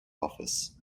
office